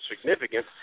significant